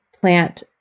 plant